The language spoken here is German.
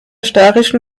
steirischen